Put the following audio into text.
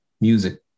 music